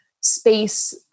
space